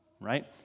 right